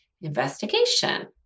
investigation